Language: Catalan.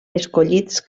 escollits